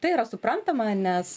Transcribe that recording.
tai yra suprantama nes